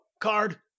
card